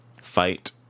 Fight